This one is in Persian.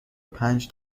پنج